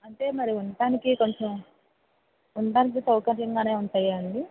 అంటే మరి ఉండటానికి కొంచెం ఉండటానికి సౌకర్యంగానే ఉంటాయా అండి